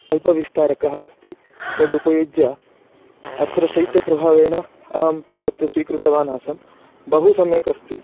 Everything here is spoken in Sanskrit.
अल्पविस्तारकः अस्ति तद् उपयुज्य अत्र शैत्यप्रभावेन अहं तत् स्वीकृतवान् आसं बहु सम्यक् अस्ति